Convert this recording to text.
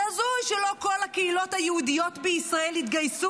זה הזוי שלא כל הקהילות היהודיות בישראל התגייסו